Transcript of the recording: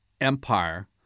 empire